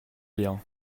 bien